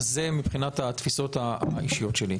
זה מבחינת התפיסות האישיות שלי.